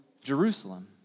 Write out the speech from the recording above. Jerusalem